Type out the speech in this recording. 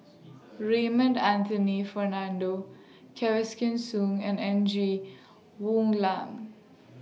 Raymond Anthony Fernando Soon and N G Woon Lam